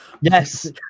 Yes